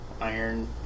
Iron